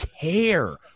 care